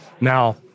Now